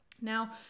now